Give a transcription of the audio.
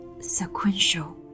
sequential